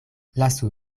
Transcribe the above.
lasu